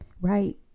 right